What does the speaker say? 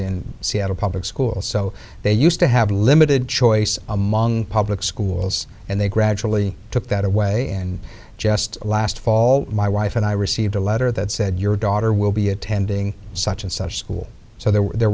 in seattle public schools so they used to have limited choice among public schools and they gradually took that away and just last fall my wife and i received a letter that said your daughter will be attending such and such school so there were